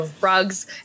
rugs –